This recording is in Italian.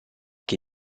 che